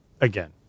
again